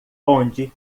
onde